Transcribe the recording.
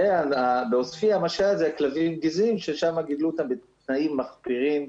ובעוספיה מה שהיה זה כלבים גזעיים שגידלו אותם בתנאים מחפירים,